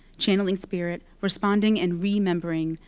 channeling spirit, responding and remembering,